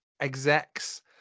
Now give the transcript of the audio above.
execs